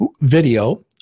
video